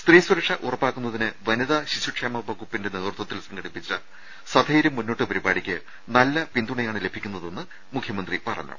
സ്ത്രീസുരക്ഷ ഉറപ്പാക്കുന്നതിന് വനിതാ ശിശുക്ഷേമ വകുപ്പിന്റെ നേതൃത്വത്തിൽ സംഘടിപ്പിച്ച സധൈര്യം മുന്നോട്ട് പരിപാടിയ്ക്ക് നല്ല പിന്തുണയാണ് ലഭിക്കുന്ന തെന്ന് മുഖ്യമന്ത്രി അറിയിച്ചു